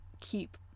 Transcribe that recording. keep